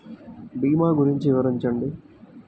భీమా గురించి వివరించండి?